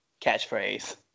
catchphrase